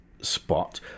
spot